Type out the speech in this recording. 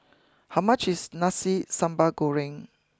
how much is Nasi Sambal Goreng